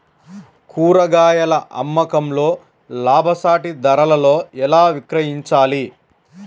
కూరగాయాల అమ్మకంలో లాభసాటి ధరలలో ఎలా విక్రయించాలి?